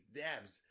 dabs